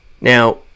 Now